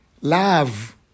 love